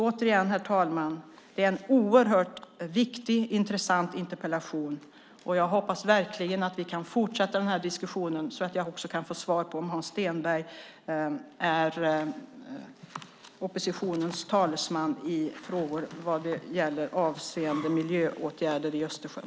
Återigen, herr talman: Detta är en oerhört viktig och intressant interpellation, och jag hoppas verkligen att vi kan fortsätta denna diskussion så att jag också kan få svar på om Hans Stenberg är oppositionens talesman i frågor avseende miljöåtgärder i Östersjön.